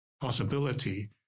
possibility